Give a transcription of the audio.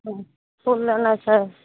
हँ फूल लेनाइ छै